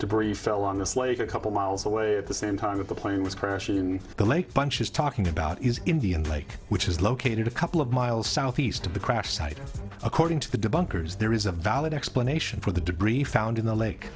debris fell on the slate a couple miles away at the same time of the plane was crashing the lake bunch is talking about is in the in the lake which is located a couple of miles southeast of the crash site according to the debunkers there is a valid explanation for the debris found in the lake